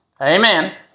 Amen